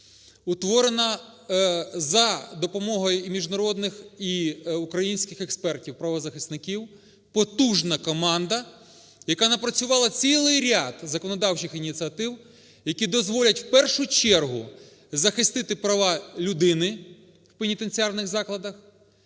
утворена за допомогою і міжнародних, і українських експертів-правозахисників потужна команда, яка напрацювала цілий ряд законодавчих ініціатив, які дозволять в першу чергу захистити права людини в пенітенціарних закладах